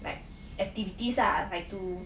like activities lah like to